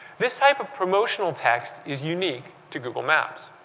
this type of promotional text is unique to google maps.